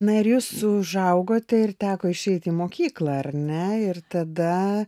na ir jūs užaugote ir teko išeiti į mokyklą ar ne ir tada